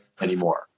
anymore